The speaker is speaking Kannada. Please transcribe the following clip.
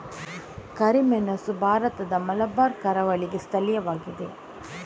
ಕರಿಮೆಣಸು ಭಾರತದ ಮಲಬಾರ್ ಕರಾವಳಿಗೆ ಸ್ಥಳೀಯವಾಗಿದೆ